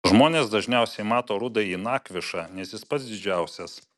žmonės dažniausiai mato rudąjį nakvišą nes jis pats didžiausias